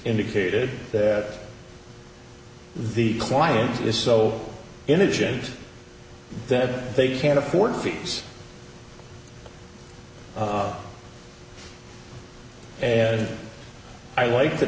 indicated that the client is so indigent that they can't afford fees and i like the